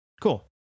Cool